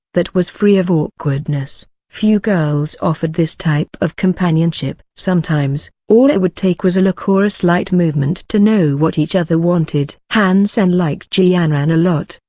that was free of awkwardness few girls offered this type of companionship. sometimes, all it would take was a look or a slight movement to know what each other wanted. han sen liked ji yanran a lot,